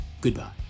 Goodbye